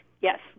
Yes